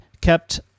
kept